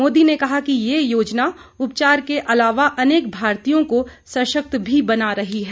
मोदी ने कहा कि यह योजना उपचार के अलावा अनेक भारतीयों को सशक्त भी बना रही है